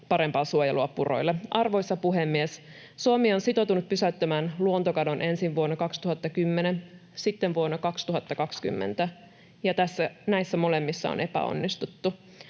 parempaa suojelua puroille. Arvoisa puhemies! Suomi on sitoutunut pysäyttämään luontokadon ensin vuonna 2010, sitten vuonna 2020, ja näissä molemmissa on epäonnistuttu.